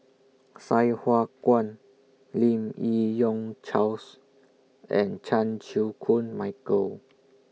Sai Hua Kuan Lim Yi Yong Charles and Chan Chew Koon Michael